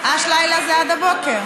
א"ש לילה זה עד הבוקר.